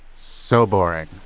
so boring!